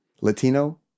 Latino